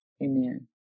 Amen